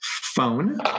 Phone